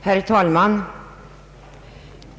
Herr talman!